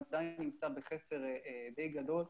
עדיין נמצא בחסר די גדול.